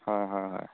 হয় হয় হয়